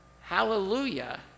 hallelujah